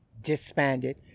disbanded